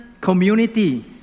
community